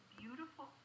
beautiful